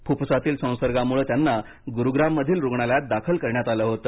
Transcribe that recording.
फुफ्फुसातील संसर्गामुळे त्यांना गुरुग्राममधील रूग्णालयात दाखल करण्यात आले होते